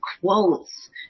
quotes